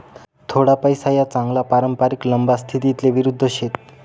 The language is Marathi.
थोडा पैसा या चांगला पारंपरिक लंबा स्थितीले विरुध्द शेत